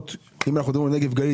אם אנחנו מדברים על נגב גליל,